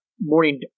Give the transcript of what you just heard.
morning